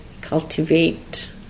cultivate